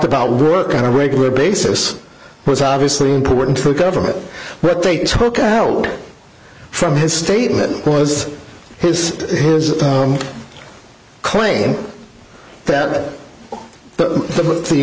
about work on a regular basis was obviously important to the government but they took from his statement as is his claim that the the